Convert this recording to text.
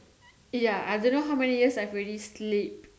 ya I don't know how many years I've already sleep